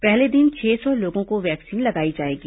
पहले दिन छह सौ लोगों को वैक्सीन लगाई जाएगी